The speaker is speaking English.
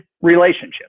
relationship